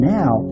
now